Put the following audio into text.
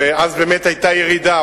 ואז באמת היתה ירידה.